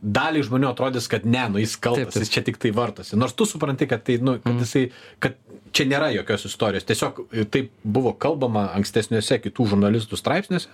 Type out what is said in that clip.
daliai žmonių atrodys kad ne nu jis kaltas jis čia tiktai vartosi nors tu supranti kad tai nu jisai kad čia nėra jokios istorijos tiesiog taip buvo kalbama ankstesniuose kitų žurnalistų straipsniuose